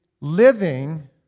living